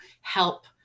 help